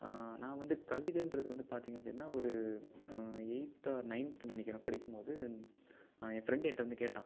நான் வந்து கவிதன்றது வந்து பார்த்தீங்க அப்படின்னா ஒரு எய்த் ஆர் நயன்துனு நினைக்கிறேன் படிக்கும் போது என் ஃப்ரெண்ட் என்கிட்ட வந்து கேட்டான்